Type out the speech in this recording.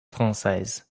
française